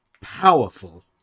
powerful